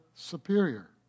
superior